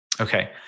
Okay